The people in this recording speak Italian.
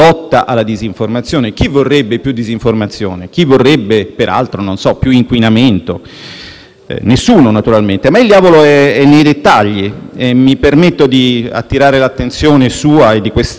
Nessuno, naturalmente. Il diavolo però è nei dettagli e mi permetto, Presidente, di attirare l'attenzione sua e dell'Assemblea su alcuni di essi, nonostante vi siano, in questo ordine del giorno, anche ben altre priorità.